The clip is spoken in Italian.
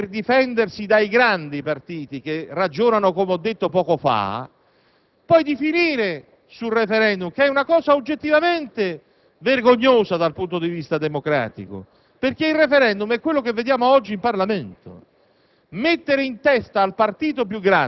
però i piccoli partiti rischiano, per difendersi dai grandi partiti che ragionano come ho detto poco fa, di finire sul *referendum*, che è una cosa oggettivamente vergognosa dal punto di vista democratico, perché il *referendum* è quello che vediamo oggi in Parlamento.